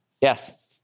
Yes